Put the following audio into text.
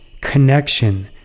connection